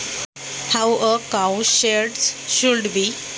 गाईचा गोठा कसा असावा?